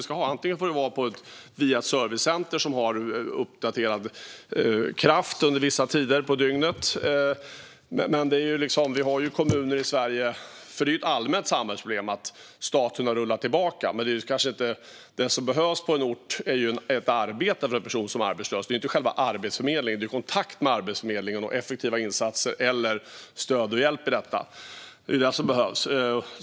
Det kan vara via ett servicecenter med uppdaterad kraft under vissa tider på dygnet. Det är ett allmänt samhällsproblem att staten har rullat tillbaka, men det som behövs på en ort är ju ett arbete för den som är arbetslös, inte själva Arbetsförmedlingen. Det är kontakt med Arbetsförmedlingen och effektiva insatser, stöd och hjälp som behövs.